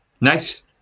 Nice